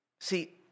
See